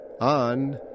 on